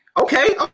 Okay